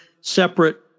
separate